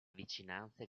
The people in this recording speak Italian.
vicinanze